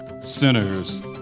sinners